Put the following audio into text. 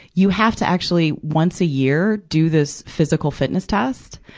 you have to actually, once a year, do this physical fitness test.